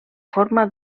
forma